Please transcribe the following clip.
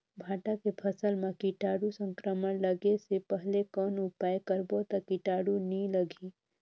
भांटा के फसल मां कीटाणु संक्रमण लगे से पहले कौन उपाय करबो ता कीटाणु नी लगही?